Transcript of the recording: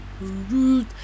root